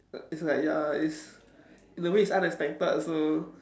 it's like ya it's in a way it's unexpected so